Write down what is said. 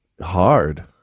Hard